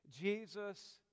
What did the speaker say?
Jesus